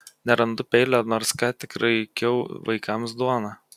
nerandu peilio nors ką tik raikiau vaikams duoną